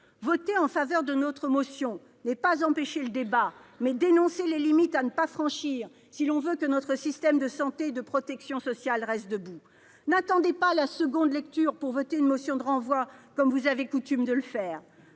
Voter en faveur de notre motion n'est pas empêcher le débat, mais dénoncer les limites à ne pas franchir pour éviter que notre système de santé et de protection sociale ne s'effondre. N'attendez pas la nouvelle lecture pour voter une motion de renvoi, comme vous avez coutume de le faire.